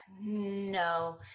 No